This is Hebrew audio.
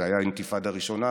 זה היה באינתיפאדה הראשונה,